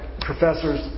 professors